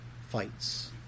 fights